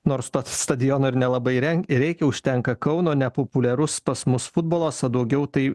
nors pats stadiono ir nelabai ren reikia užtenka kauno nepopuliarus pas mus futbolas o daugiau tai